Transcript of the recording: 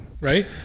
Right